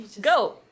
go